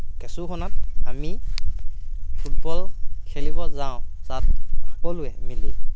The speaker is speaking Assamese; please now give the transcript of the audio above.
কেঁচুখনাত আমি ফুটবল খেলিব যাওঁ তাত সকলোৱে মিলি